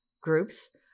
groups